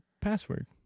password